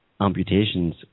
amputations